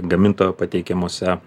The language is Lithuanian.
gamintojo pateikiamose